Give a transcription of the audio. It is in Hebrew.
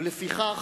ולפיכך,